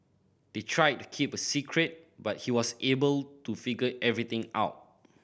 they tried to keep it a secret but he was able to figure everything out